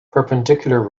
perpendicular